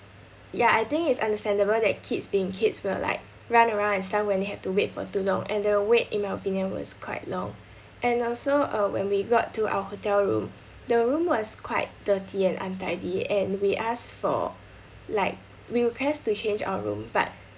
ya I think it's understandable that kids being kids will like run around and stuff when you have to wait for too long and the wait in my opinion was quite long and also uh when we got to our hotel room the room was quite dirty and untidy and we asked for like we request to change our room but